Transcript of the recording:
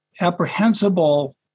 apprehensible